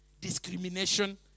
discrimination